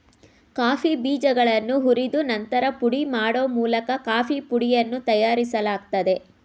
coffee ಬೀಜಗಳನ್ನು ಹುರಿದು ನಂತರ ಪುಡಿ ಮಾಡೋ ಮೂಲಕ ಕಾಫೀ ಪುಡಿಯನ್ನು ತಯಾರಿಸಲಾಗ್ತದೆ